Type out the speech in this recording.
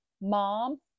mom